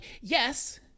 yes